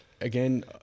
Again